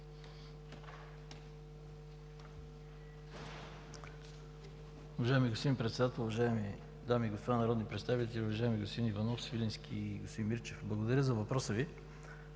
Благодаря за въпроса Ви,